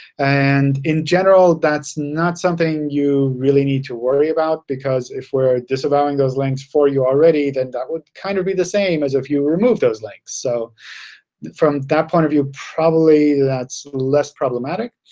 and in general, that's not something you really need to worry about. because if we're disavowing those links for you already, then that would kind of be the same as if you removed those links. so from that point of view, probably that's less problematic.